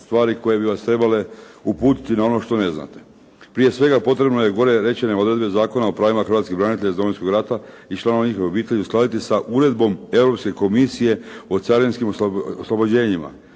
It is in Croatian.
stvari koje bi vas trebale uputiti na ono što ne znate. Prije svega potrebno je gore rečene odredbe Zakona o pravima hrvatskih branitelja iz Domovinskog rata i članova njihove obitelji uskladiti sa uredbom Europske komisije o carinskim oslobođenjima,